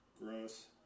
Gross